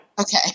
Okay